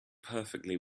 perfectly